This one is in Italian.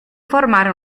formare